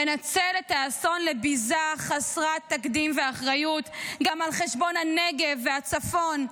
לנצל את האסון לביזה חסרת תקדים ואחריות גם על חשבון הנגב והצפון.